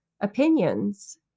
opinions